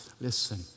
listen